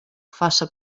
faça